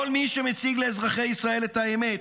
כל מי שמציג לאזרחי ישראל את האמת,